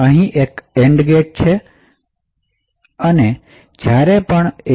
તેની પાસે અહીં એક એન્ડ ગેટ છે અને એક એનેબલ છે